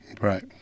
Right